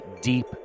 deep